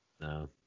No